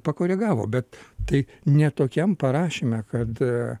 pakoregavo bet tai ne tokiam parašime kad